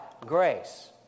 grace